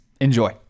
Enjoy